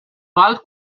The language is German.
bald